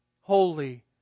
holy